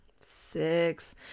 six